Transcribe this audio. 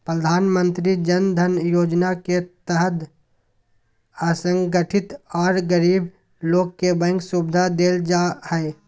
प्रधानमंत्री जन धन योजना के तहत असंगठित आर गरीब लोग के बैंक सुविधा देल जा हई